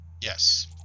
Yes